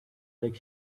like